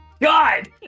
God